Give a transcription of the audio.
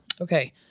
Okay